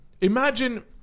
Imagine